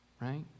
Right